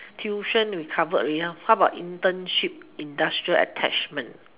tuition we covered already lor how about internship industrial attachment